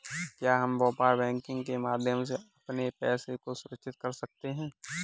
क्या हम व्यापार बैंकिंग के माध्यम से अपने पैसे को सुरक्षित कर सकते हैं?